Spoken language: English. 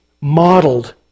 modeled